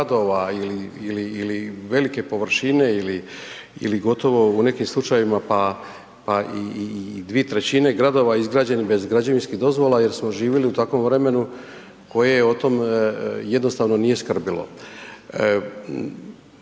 ili velike površine ili gotovo u nekim slučajevima pa i 2/3 gradova izgrađeni bez građevinskih dozvola jer smo živjeli u takvom vremenu koje o tom jednostavno nije skrbilo,